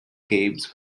games